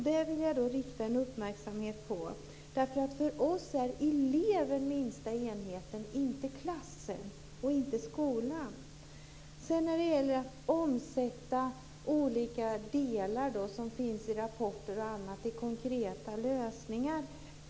Det vill jag rikta uppmärksamheten på, därför att för oss är eleven minsta enheten, inte klassen och inte skolan. Hur gör ni inom regeringen när det gäller att omsätta olika delar i rapporter och annat i konkreta lösningar?